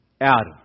Adam